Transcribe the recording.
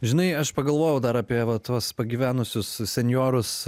žinai aš pagalvojau dar apie va tuos pagyvenusius senjorus